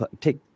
take